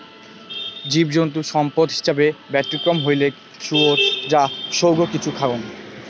জীবজন্তু সম্পদ হিছাবে ব্যতিক্রম হইলেক শুয়োর যা সৌগ কিছু খায়ং